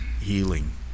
healing